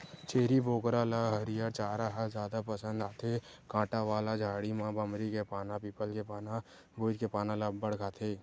छेरी बोकरा ल हरियर चारा ह जादा पसंद आथे, कांटा वाला झाड़ी म बमरी के पाना, पीपल के पाना, बोइर के पाना ल अब्बड़ खाथे